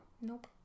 Nope